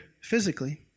physically